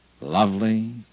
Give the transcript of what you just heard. Lovely